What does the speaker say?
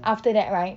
after that right